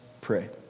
pray